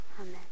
Amen